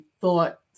thought